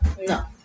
No